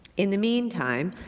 in the meantime,